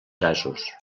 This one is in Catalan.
gasos